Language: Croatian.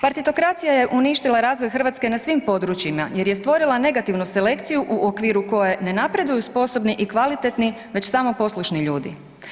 Partitokracija je uništila razvoj Hrvatske na svim područjima jer je stvorila negativnu selekciju u okviru koje ne napreduju sposobni i kvalitetni, već samo poslušni ljudi.